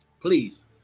Please